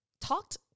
talked